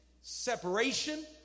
separation